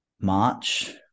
March